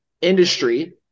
industry